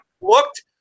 Looked